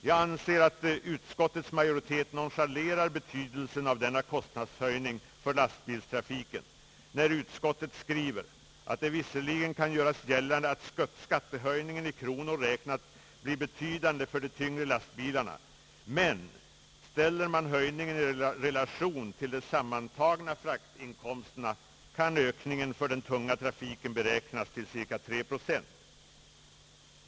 Jag anser att utskottsmajoriteten nonchalerat betydelsen av denna kostnadshöjning för lastbilstrafiken när utskottet skriver, »att det visserligen kan göras gällande att skattehöjningen i kronor räknat blir betydande för de tyngre lastbilarna, men ställer man höjningen i relation till de sammantagna fraktinkomsterna kan ökningen för den tunga trafiken beräknas till cirka 3 procent».